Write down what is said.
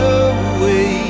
away